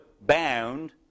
bound